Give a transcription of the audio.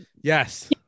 Yes